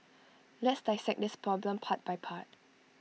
let's dissect this problem part by part